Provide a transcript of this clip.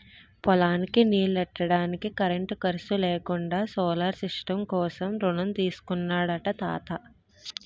పొలానికి నీల్లెట్టడానికి కరెంటు ఖర్సు లేకుండా సోలార్ సిస్టం కోసం రుణం తీసుకున్నాడట తాత